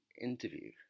interview